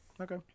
Okay